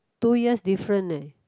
two years different neh